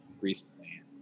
recently